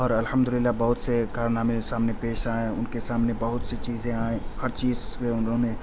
اور الحمد للہ بہت سے کارنامے سامنے پیش آئے ان کے سامنے بہت سی چیزیں آئیں ہر چیز پہ انہوں نے